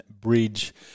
Bridge